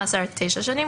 מאסר תשע שנים.